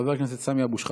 חבר הכנסת סמי אבו שחאדה,